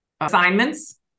assignments